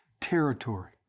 territory